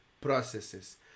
processes